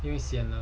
因为 sian lah